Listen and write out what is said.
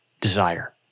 desire